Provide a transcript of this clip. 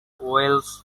wales